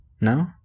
No